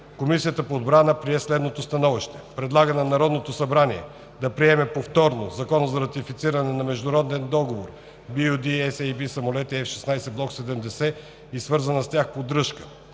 Комисията по отбрана прие следното становище: Предлага на Народното събрание да приеме повторно Закона за ратифициране на Международен договор BU-D-SAB „Самолети F 16 Block 70 и свързана с тях поддръжка“,